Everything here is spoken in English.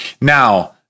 Now